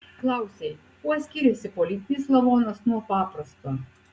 klausei kuo skiriasi politinis lavonas nuo paprasto